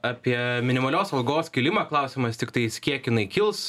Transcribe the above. apie minimalios algos kėlimą klausimas tiktais kiek jinai kils